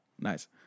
nice